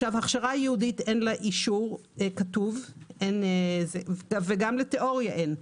הכשרה ייעודית אין לה אישור כתוב וגם לתיאוריה אין.